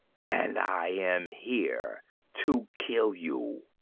and i am here to kill you.